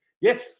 Yes